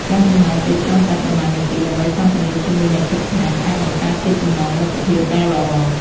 ការចំណាយពេលត្រឹមតែប៉ុន្មាននាទីដើម្បីសន្ទនាជាមួយអ្នកជិតខាងអាចបង្កើតជាចំណងមិត្តភាពដ៏ល្អ។